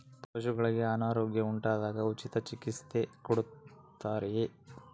ಪಶುಗಳಿಗೆ ಅನಾರೋಗ್ಯ ಉಂಟಾದಾಗ ಉಚಿತ ಚಿಕಿತ್ಸೆ ಕೊಡುತ್ತಾರೆಯೇ?